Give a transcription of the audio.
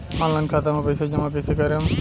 Online खाता मे पईसा जमा कइसे करेम?